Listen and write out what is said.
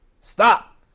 Stop